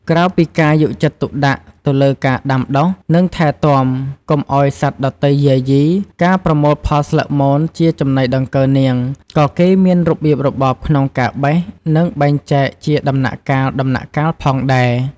ក្រៅពីការយកចិត្តទុកដាក់ទៅលើការដាំដុះ និងថែទាំ កុំឱ្យសត្វដទៃយាយី ការប្រមូលផលស្លឹកមន ជាចំណីដង្កូវនាង ក៏គេមានរបៀបរបបក្នុងការបេះ និងបែងចែកជាដំណាក់កាលៗផងដែរ។